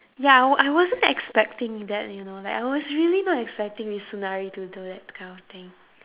ya I wa~ I wasn't expecting that you know like I was really not expecting mitsunari to do that kind of thing